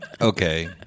Okay